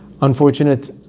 Unfortunate